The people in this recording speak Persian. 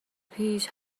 پیش